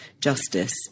justice